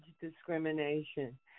discrimination